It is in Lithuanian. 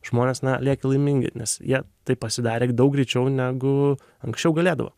žmonės na lieki laimingi nes jie tai pasidarė daug greičiau negu anksčiau galėdavo